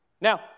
Now